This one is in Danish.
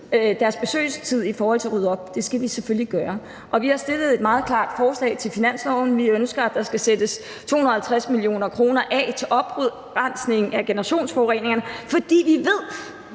deres besøgelsestid i forhold til at rydde op. Og det skal vi selvfølgelig gøre. Vi har stillet et meget klart forslag til finansloven: Vi ønsker, at der skal sættes 250 mio. kr. af til oprensning i forhold til generationsforureningerne, fordi vi ved,